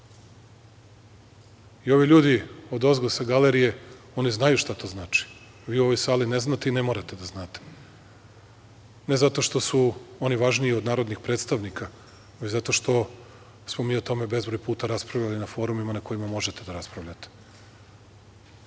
I ovi ljudi odozgo, sa galerije, znaju šta to znači. Vi u ovoj sali ne znate i ne morate da znate. Ne zato što su oni važniji od narodnih predstavnika, već zato što smo mi o tome bezbroj puta raspravljali na forumima na kojima možete da raspravljate.